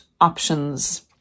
options